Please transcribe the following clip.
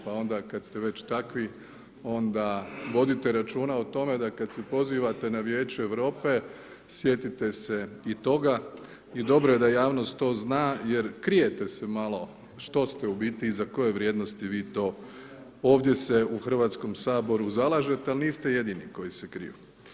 Pa onda kad ste već takvi, onda vodite računa o tome da kad se pozivate na Vijeće Europe, sjetite se i toga i dobro je da javnost to zna jer krijete se malo što ste u biti i za koje vrijednosti vi to ovdje se u Hrvatskom saboru zalažete ali niste jedini koji se krije.